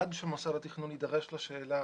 עד שמוסד התכנון יידרש לשאלה